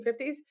1950s